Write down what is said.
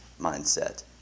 mindset